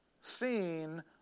Seen